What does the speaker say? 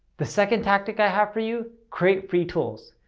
the second tactic i have for you, create free tools.